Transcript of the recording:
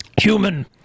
Human